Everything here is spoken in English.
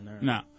no